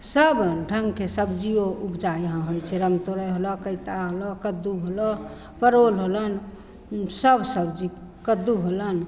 सब ढ़ङ्गके सबजिओ उपजा यहाँ होइ छै रमतोरइ होलऽ कैता होलऽ कद्दू होलऽ परोर होलनि सब सबजी कद्दू होलनि